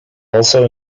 also